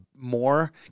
More